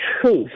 truth